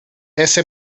essa